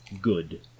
good